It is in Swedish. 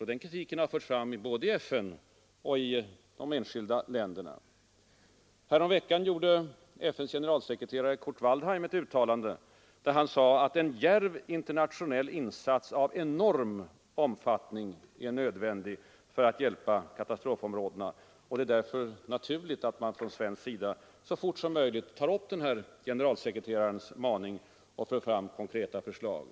Den kritiken har förts fram både i FN och i enskilda länder. Häromveckan gjorde FN:s generalsekreterare Kurt Waldheim ett uttalande, i vilket han sade att en djärv internationell insats av enorm omfattning är nödvändig för att hjälpa katastrofområdena. Det är därför naturligt att man från svensk sida så fort som möjligt tar upp denna generalsekreterarens maning och lägger fram konkreta förslag.